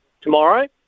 tomorrow